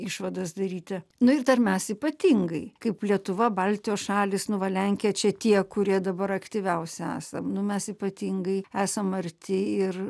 išvadas daryti nu ir dar mes ypatingai kaip lietuva baltijos šalys nu va lenkija čia tie kurie dabar aktyviausi esam nu mes ypatingai esam arti ir